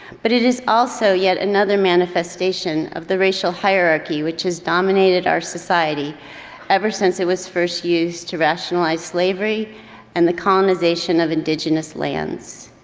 but it is also yet another manifestation of the racial hierarchy which has dominated our society ever since it was first used to rationalize slavery and the colonization of indigenous lands.